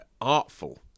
artful